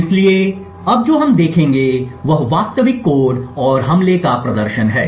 इसलिए अब जो हम देखेंगे वह वास्तविक कोड और हमले का प्रदर्शन है